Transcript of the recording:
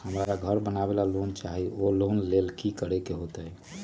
हमरा घर बनाबे ला लोन चाहि ओ लेल की की करे के होतई?